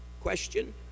Question